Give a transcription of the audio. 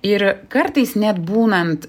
ir kartais net būnant